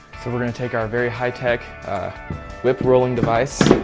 so we're going to take our very high-tech whip rolling device.